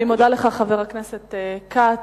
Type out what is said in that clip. אני מודה לך, חבר הכנסת כץ.